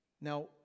Now